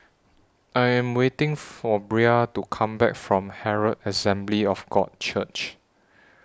I Am waiting For Bria to Come Back from Herald Assembly of God Church